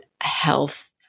health